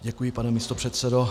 Děkuji, pane místopředsedo.